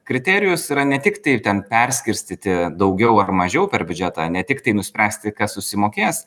kriterijus yra ne tik tai ten perskirstyti daugiau ar mažiau per biudžetą ne tiktai nuspręsti kas susimokės